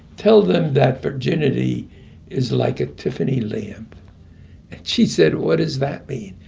tell them that virginity is like a tiffany lamp. and she said, what is that mean?